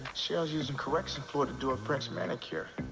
cheryl's using correction fluid to do a french manicure.